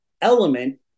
element